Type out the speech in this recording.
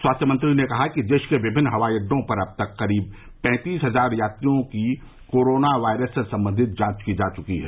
स्वास्थ्य मंत्री ने कहा कि देश के विभिन्न हवाई अड्डों पर अब तक करीब पैंतीस हजार यात्रियों की कोरोना वायरस संबंधी जांच की जा चुकी है